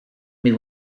may